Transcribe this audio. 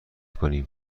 کنیم